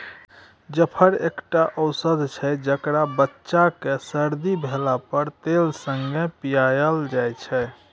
जाफर एकटा औषद छै जकरा बच्चा केँ सरदी भेला पर तेल संगे पियाएल जाइ छै